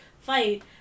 fight